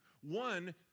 One